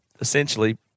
essentially